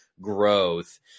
growth